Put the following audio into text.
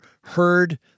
heard